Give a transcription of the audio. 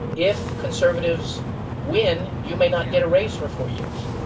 if conservatives win, you may not get a raise for four years.